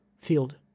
Field